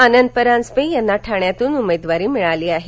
आनंद परांजपे यांना ठाण्यातून उमेदवारी मिळाली आहे